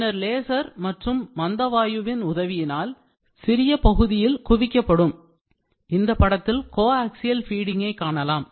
பின்னர் லேசர் மற்றும் மந்தவாயுவின் உதவியால் சிறிய பகுதியில் குவிக்கப்படும் இந்தப் படத்தில் கோஆக்சியல் ஃபீடிங்கை காணலாம்